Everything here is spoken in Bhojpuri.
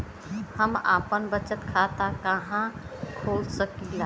हम आपन बचत खाता कहा खोल सकीला?